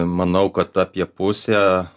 manau kad apie pusę